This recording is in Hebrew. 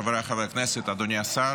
חבריי חברי הכנסת, אדוני השר,